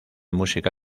música